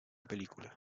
película